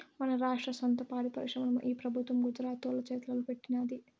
మన రాష్ట్ర సొంత పాడి పరిశ్రమని ఈ పెబుత్వం గుజరాతోల్ల చేతల్లో పెట్టినాది